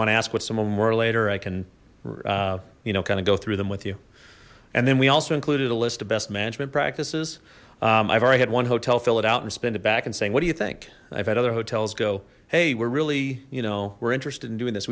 want to ask what some one were later i can you know kind of go through them with you and then we also included a list of best management practices i've already had one hotel fill it out and spend it back and saying what do you think i've had other hotels go hey we're really you know we're interested in doing this